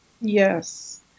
Yes